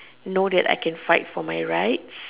know that I can fight for my rights